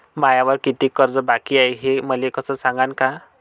मायावर कितीक कर्ज बाकी हाय, हे मले सांगान का?